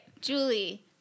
Julie